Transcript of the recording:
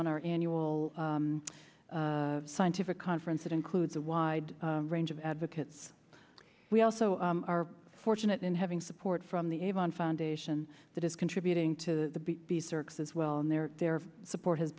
on our annual scientific conference that includes a wide range of advocates we also are fortunate in having support from the avon foundation that is contributing to the circus as well and their their support has